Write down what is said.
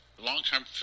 long-term